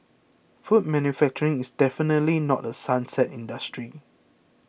food manufacturing is definitely not a sunset industry